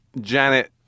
Janet